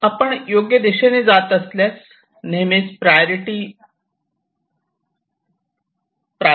आपण योग्य दिशेने जात असल्यास आपण नेहमीच प्रायोरिटी देता